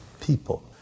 people